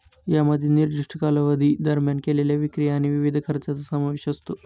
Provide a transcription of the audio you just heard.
यामध्ये निर्दिष्ट कालावधी दरम्यान केलेल्या विक्री आणि विविध खर्चांचा समावेश असतो